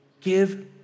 Give